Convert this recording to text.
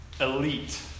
elite